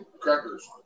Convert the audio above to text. crackers